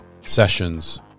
sessions